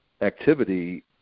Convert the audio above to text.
activity